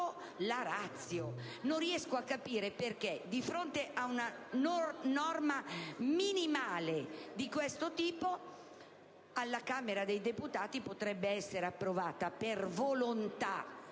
Non riesco a capire perché: una norma minimale di questo tipo alla Camera dei deputati potrebbe essere approvata, per volontà